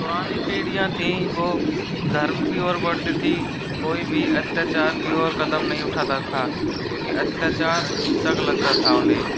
पुरानी पीढ़ियाँ थीं वो धर्म की ओर बढ़ती थी कोई भी अत्याचार की ओर कदम नहीं उठाता था क्योंकि अत्याचार अहिंसक लगता था उन्हें